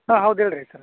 ಹಾಂ ಹೌದು ಹೇಳ್ರೀ ಸರ